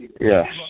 Yes